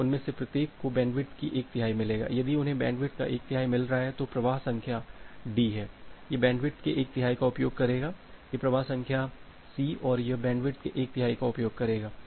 तो उनमें से प्रत्येक को बैंडविड्थ का एक तिहाई मिलेगा यदि उन्हें बैंडविड्थ का एक तिहाई मिल रहा है तो प्रवाह संख्या D है यह बैंडविड्थ के एक तिहाई का उपयोग करेगा यह प्रवाह संख्या C और यह बैंडविड्थ के एक तिहाई का उपयोग करेगा